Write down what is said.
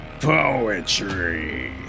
poetry